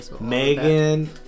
Megan